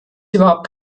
überhaupt